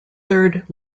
third